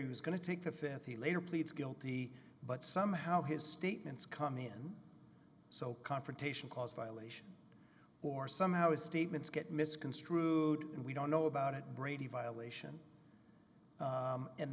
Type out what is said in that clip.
he was going to take the fifth he later pleads guilty but somehow his statements come in so confrontation cause violation or somehow his statements get misconstrued and we don't know about it brady violation